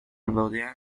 rodean